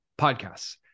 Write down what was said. podcasts